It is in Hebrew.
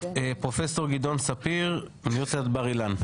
פרופסור גדעון ספיר מאוניברסיטת בר אילן,